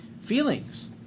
feelings